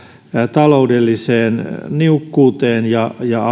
taloudelliseen niukkuuteen ja ja